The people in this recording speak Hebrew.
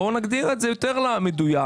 נגדיר את זה יותר מדויק,